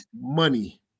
Money